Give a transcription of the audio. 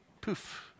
Poof